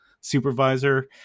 supervisor